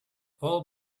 all